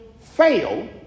fail